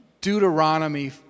Deuteronomy